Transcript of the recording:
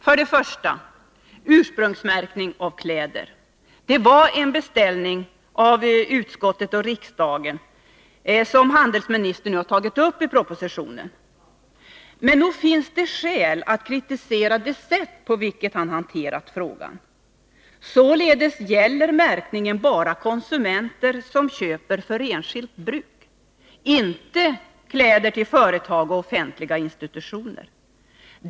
Först och främst vill jag ta upp frågan om ursprungsmärkning av kläder. Det var en beställning av utskottet och riksdagen som handelsministern nu tagit uppi propositionen. Men nog finns det skäl att kritisera det sätt på vilket han hanterat frågan. Således gäller märkningen bara konsumenter som köper för enskilt bruk, inte kläder till företag och offentliga institutioner.